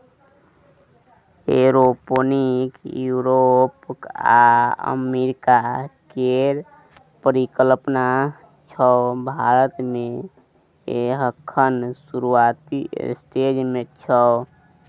aeroponic Europe आ America केर परिकल्पना छै भारत मे एखन शुरूआती स्टेज मे छै